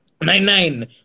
Nine-Nine